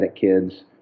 kids